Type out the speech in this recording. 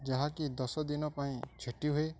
ଯାହାକି ଦଶଦିନ ପାଇଁ ଛୁଟି ହୁଏ